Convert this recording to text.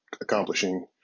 accomplishing